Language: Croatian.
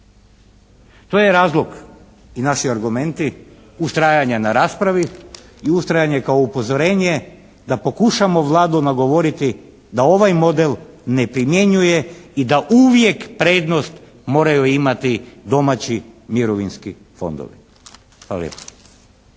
To je razlog i naši argumenti ustrajanja na raspravi i ustrajanje kao upozorenje da pokušamo Vladu nagovoriti da ovaj model ne primjenjuje i da uvijek prednost moraju imati domaći mirovinski fondovi. Hvala lijepa.